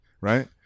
Right